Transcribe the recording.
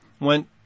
went